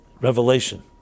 revelation